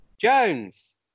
Jones